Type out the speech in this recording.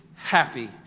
Happy